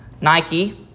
Nike